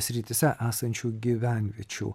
srityse esančių gyvenviečių